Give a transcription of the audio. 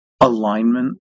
alignment